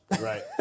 Right